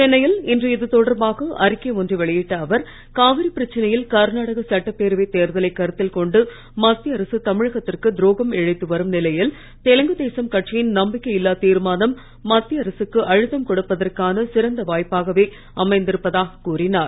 சென்னையில் இன்று இது தொடர்பாக அறிக்கை ஒன்றை வெளியிட்ட அவர் காவிரி பிரச்சனையில் கர்நாடக சட்டப்பேரவை தேர்தலை கருத்தில் கொண்டு மத்திய அரசு தமிழகத்திற்கு துரோகம் இழைத்து வரும் நிலையில் தெலுங்கு தேசம் கட்சியின் நம்பிக்கை இல்லாத் தீர்மானம் மத்திய அரசுக்கு அழுத்தம் கொடுப்பதற்கான சிறந்த வாய்ப்பாகவே அமைந்திருப்பதாக கூறினார்